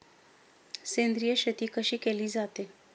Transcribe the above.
सेंद्रिय शेती कशी केली जाते?